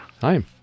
Hi